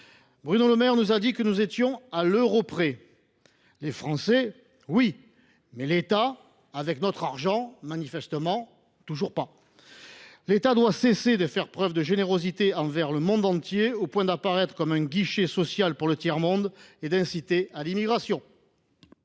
Bruno Le Maire nous a dit que nous étions à l’euro près. Les Français, oui ; mais l’État, avec notre argent, toujours pas ! L’État doit cesser de faire preuve de générosité envers le monde entier, au point d’apparaître comme un guichet social pour le tiers monde et d’inciter à l’immigration.